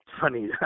Funny